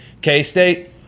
k-state